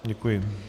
Děkuji.